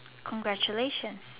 congratulations